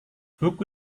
buku